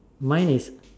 mine is